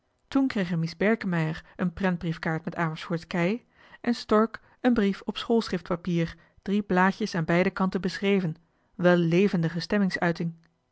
kregen mies berkemeier een prentbriefkaart met amersfoort's kei en stork een brief op schoolschriftpapier drie blaadjes aan beide kanten beschreven